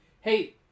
Hey